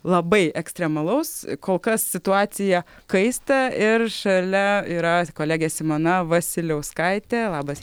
labai ekstremalaus kol kas situacija kaista ir šalia yra kolegė simona vasiliauskaitė labas